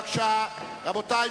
אבל מהכנסת הבאה,